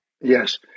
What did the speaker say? Yes